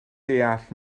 deall